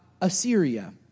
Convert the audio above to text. Assyria